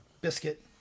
biscuit